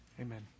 amen